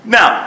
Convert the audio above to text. Now